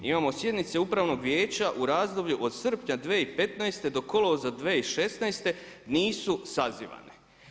Imamo sjednice Upravnog vijeća u razdoblju od srpnja 2015. do kolovoza 2016. nisu sazivane.